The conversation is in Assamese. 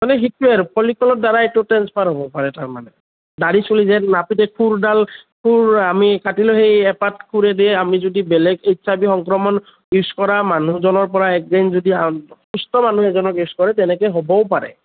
মানে সিটোৱে আৰু পলিকলৰ দ্বাৰা এইটো ট্ৰেন্সফাৰ হ'ব পাৰে তাৰমানে দাঢ়ি চুলি যে নাপিতে খুৰডাল খুৰ আমি কাটিলেও সেই এপাট খুৰেদিয়ে আমি যদি বেলেগ এইচ আই ভি সংক্ৰমণ ইউজ কৰা মানুহজনৰ পৰা একদিন যদি সুস্থ মানুহ এজনক ইউজ কৰে তেনেকৈ হ'বও পাৰে